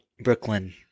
Brooklyn